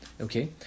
Okay